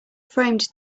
framed